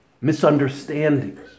misunderstandings